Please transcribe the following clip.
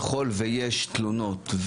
ככל שיש תלונות,